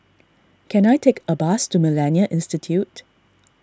can I take a bus to Millennia Institute